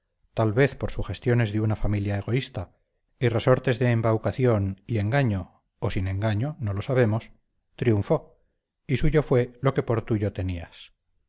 tal vez por sugestiones de una familia egoísta y resortes de embaucación y engaño o sin engaño no lo sabemos triunfó y suyo fue lo que por tuyo tenías